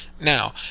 now